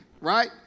Right